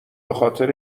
بخاطر